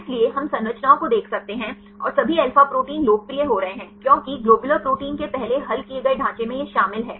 इसलिए हम संरचनाओं को देख सकते हैं और सभी अल्फा प्रोटीन लोकप्रिय हो रहे हैं क्योंकि ग्लोबुलर प्रोटीन के पहले हल किए गए ढांचे में यह शामिल है